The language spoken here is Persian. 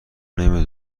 نمی